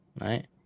Right